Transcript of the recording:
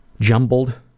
jumbled